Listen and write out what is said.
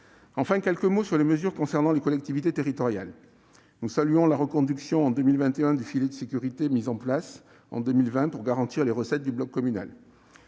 J'en viens enfin aux mesures concernant les collectivités territoriales. Nous saluons la reconduction en 2021 du « filet de sécurité » mis en place en 2020 pour garantir les recettes du bloc communal.